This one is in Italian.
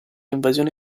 invasione